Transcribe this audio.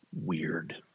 weird